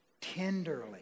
tenderly